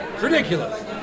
ridiculous